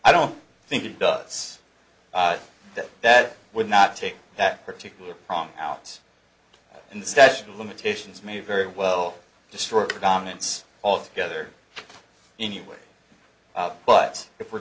i don't think it does that that would not take that particular problem out in the statute of limitations may very well destroy predominance of gether anyway but if we're